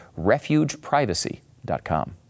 refugeprivacy.com